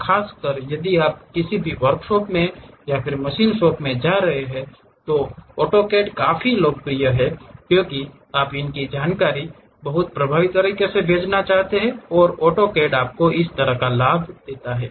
और खासकर यदि आप किसी भी वर्क शॉप में मशीन शॉप मे जा रहे हैं तो अभी भी ऑटोकैड काफी लोकप्रिय हैं क्योंकि आप अपनी जानकारी को बहुत प्रभावी तरीके से भेजना चाहते हैं ऑटोकैड आपको उस तरह का लाभ देता है